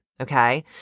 okay